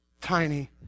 tiny